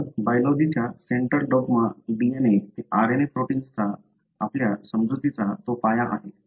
तर बायलॉजिच्या central dogma DNA ते RNA प्रोटिन्सचा आपल्या समजुतीचा तो पाया आहे